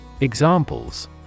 Examples